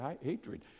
hatred